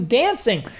dancing